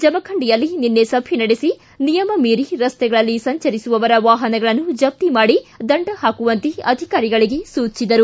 ಜಮಖಂಡಿಯಲ್ಲಿ ನಿನ್ನೆ ಸಭೆ ನಡೆಸಿ ನಿಯಮ ಮೀರಿ ರಸ್ತೆಗಳಲ್ಲಿ ಸಂಚರಿಸುವವರ ವಾಪನಗಳನ್ನು ಜಪ್ತಿ ಮಾಡಿ ದಂಡ ಹಾಕುವಂತೆ ಅಧಿಕಾರಿಗಳಿಗೆ ಸೂಚಿಸಿದರು